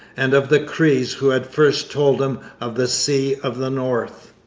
and of the crees, who had first told him of the sea of the north.